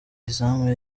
izamu